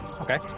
Okay